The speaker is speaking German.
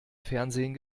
fernsehen